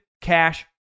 cash